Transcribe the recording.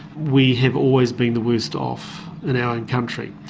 we have always been the worst off in our own country.